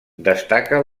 destaca